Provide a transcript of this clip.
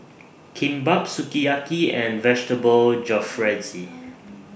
Kimbap Sukiyaki and Vegetable Jalfrezi